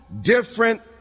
different